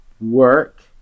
work